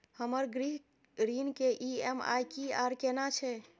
हमर गृह ऋण के ई.एम.आई की आर केना छै?